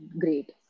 great